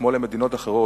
כמו למדינות אחרות,